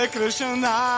Krishna